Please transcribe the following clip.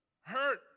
hurt